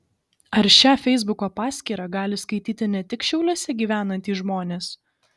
ar šią feisbuko paskyrą gali skaityti ne tik šiauliuose gyvenantys žmonės